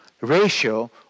ratio